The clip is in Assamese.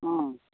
অঁ